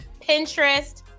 Pinterest